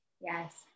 Yes